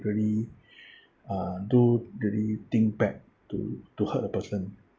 really uh do really think bad to to hurt a the person